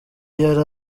yari